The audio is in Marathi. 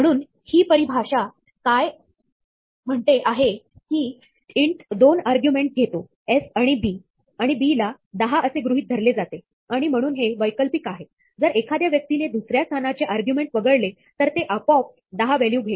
म्हणून ही परिभाषा काय म्हणते आहे की इंट 2 आर्ग्युमेंटस घेतो s आणि b आणि b ला 10 असे गृहीत धरले जाते आणि म्हणून हे वैकल्पिक आहे जर एखाद्या व्यक्तीने दुसऱ्या स्थानाचे आर्ग्युमेंट वगळले तर ते आपोआप 10 व्हॅल्यू घेईल